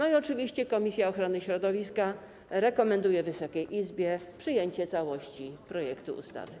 Oczywiście komisja ochrony środowiska rekomenduje Wysokiej Izbie przyjęcie w całości projektu ustawy.